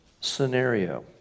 scenario